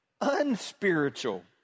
unspiritual